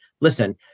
listen